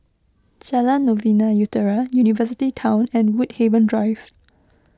Jalan Novena Utara University Town and Woodhaven Drive